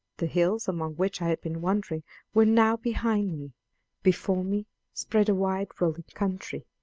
the hills among which i had been wandering were now behind me before me spread a wide rolling country,